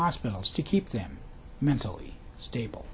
hospitals to keep them mentally stable